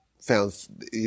found